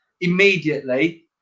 immediately